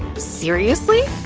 seriously!